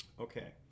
Okay